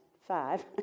five